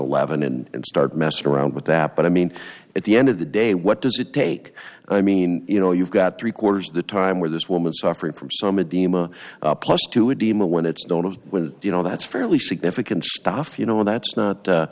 eleven and start messing around with that but i mean at the end of the day what does it take i mean you know you've got three quarters of the time where this woman suffering from some of the emma plus two edema when it's done of you know that's fairly significant stuff you know that's not